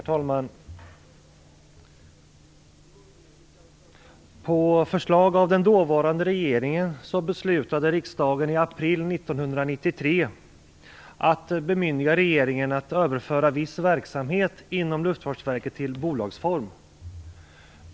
Herr talman! På förslag av den dåvarande regeringen beslutade riksdagen i april 1993 att bemyndiga regeringen att överföra viss verksamhet inom Luftfartsverket till bolagsform.